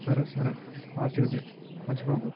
సరే సరే ఫాస్ట్గా తే మరచిపోకు